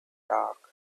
dark